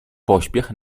pośpiech